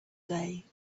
day